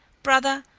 brother,